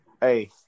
Hey